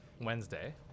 Wednesday